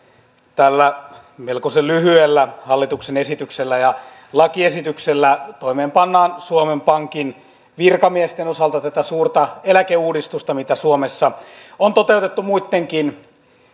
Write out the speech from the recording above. tällä melkoisen lyhyellä hallituksen esityksellä ja lakiesityksellä toimeenpannaan suomen pankin virkamiesten osalta tätä suurta eläkeuudistusta mitä suomessa on toteutettu muittenkin